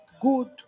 good